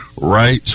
Right